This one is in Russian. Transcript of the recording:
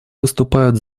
выступают